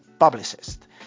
Publicist